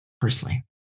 personally